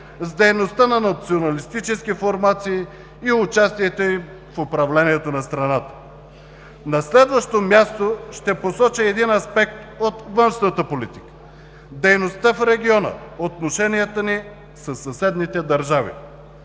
с дейността на националистически формации и участието им в управлението на страната? На следващо място, ще посоча един аспект от външната политика – дейността в региона, отношенията ни със съседните държави.